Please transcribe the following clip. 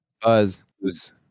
Buzz